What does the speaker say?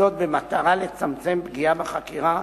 במטרה לצמצם פגיעה בחקירה,